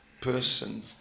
person